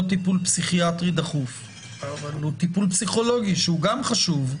טיפול פסיכיאטרי דחוף אבל הוא טיפול פסיכולוגי שהוא גם חשוב.